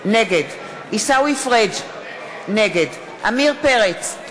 נגד עיסאווי פריג' נגד עמיר פרץ,